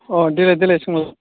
अ देलाय देलाय सोंलाय